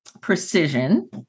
precision